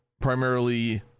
primarily